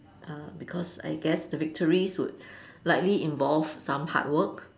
uh because I guess the victories would likely involve some hardwork